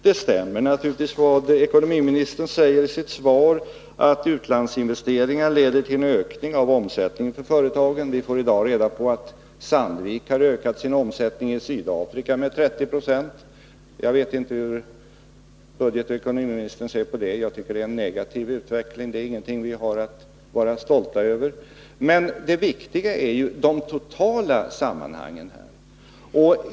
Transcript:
Det ekonomioch budgetministern säger i sitt svar — att utlandsinvesteringar leder till en ökning av omsättningen för företagen — stämmer naturligtvis. Vi får i dag reda på att Sandvik har ökat sin omsättning i Sydafrika med 30 96. Jag vet inte hur ekonomioch budgetministern ser på det. Jag tycker det är en negativ utveckling. Det är ingenting vi kan vara stolta över. Men det viktiga är ju de totala sammanhangen.